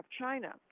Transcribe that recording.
China